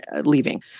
leaving